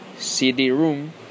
CD-room